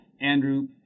Andrew